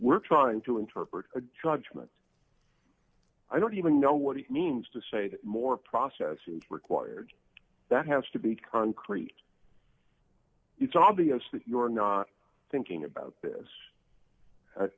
we're trying to interpret a judgment i don't even know what it means to say that more process is required that has to be concrete it's obvious that you're not thinking about this